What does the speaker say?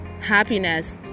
happiness